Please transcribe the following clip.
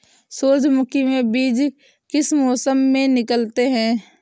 सूरजमुखी में बीज किस मौसम में निकलते हैं?